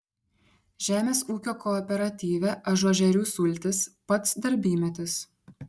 žemės ūkio kooperatyve ažuožerių sultys pats darbymetis